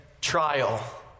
trial